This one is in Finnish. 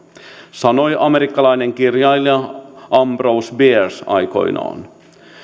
sanoi amerikkalainen kirjailija ambrose bierce aikoinaan